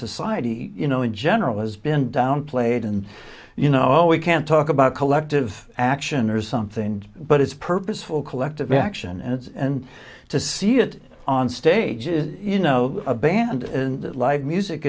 society you know in general has been downplayed and you know we can't talk about collective action or something but it's purposeful collective action and it's and to see it on stage is you know a band like music